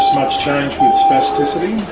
much change with spasticity?